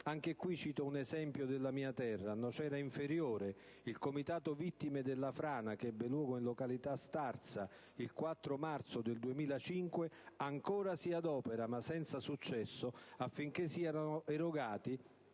Anche qui cito un esempio della mia terra: a Nocera Inferiore, il Comitato vittime della frana che ebbe in luogo in località Starza il 4 marzo del 2005 ancora si adopera, ma senza successo, affinché siano erogati